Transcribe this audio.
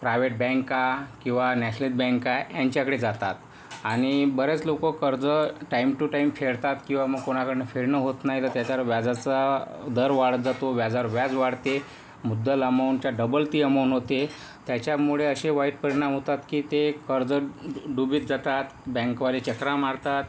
private बँका किंवा nationalised बँका यांच्याकडे जातात आणि बरेच लोकं कर्ज टाईम टू टाईम फेडतात किंवा मग कोणाकडनं फेडणं होत नाही तर त्याच्यावर व्याजाचा दर वाढत जातो व्याजावर व्याज वाढते मुद्दल अमाऊंटच्या डबल ती अमाऊण होते त्याच्यामुळे असे वाईट परिणाम होतात की ते कर्ज डुबित जातात बँकवाले चकरा मारतात